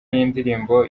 yindirimbo